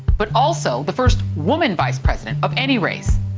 but also the first woman vice president of any race.